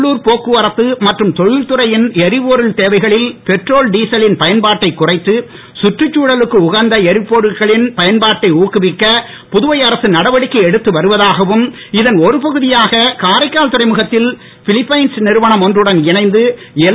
உள்ளூர் போக்குவரத்து மற்றும் தொழில்துறையின் எரிபொருள் தேவைகளில் பெட்ரோல் டீசலின் பயன்பாட்டை குறைத்து கற்றுச்சூழலுக்கு உகந்த எரிபொருன்களின் பயன்பாட்டை ஊக்குவிக்க புதுவை அரசு நடவடிக்கை எடுத்து வருவதாகவும் இதன் ஒரு பகுதியாக காரைக்கால் துறைமுகத்தில் பிலிப்பைன்ஸ் நிறுவனம் ஒன்றுடன் இணைந்து எல்